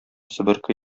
себерке